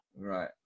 Right